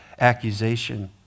accusation